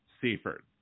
Seaford